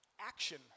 Action